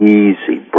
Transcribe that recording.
easy